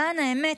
למען האמת,